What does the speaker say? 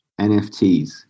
NFTs